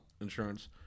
insurance